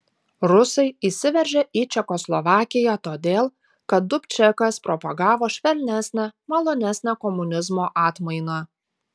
rusai įsiveržė į čekoslovakiją todėl kad dubčekas propagavo švelnesnę malonesnę komunizmo atmainą